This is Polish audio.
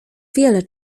wiele